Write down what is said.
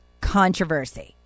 controversy